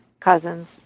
cousins